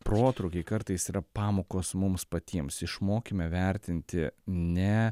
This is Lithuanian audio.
protrūkiai kartais yra pamokos mums patiems išmokime vertinti ne